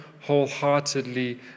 wholeheartedly